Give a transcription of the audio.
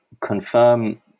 confirm